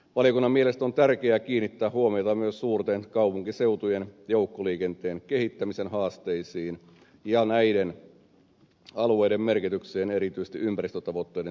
valiokunnan mielestä on tärkeää kiinnittää huomiota myös suurten kaupunkiseutujen joukkoliikenteen kehittämisen haasteisiin ja näiden alueiden merkitykseen erityisesti ympäristötavoitteiden saavuttamisen kannalta